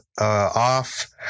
off